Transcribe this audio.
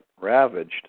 ravaged